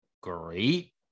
great